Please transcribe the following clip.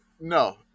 no